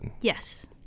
Yes